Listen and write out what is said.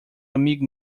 amigo